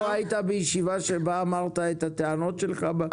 לא היית בישיבה שבה אמרת את הטענות שלך בכנסת?